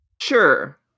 Sure